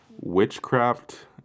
witchcraft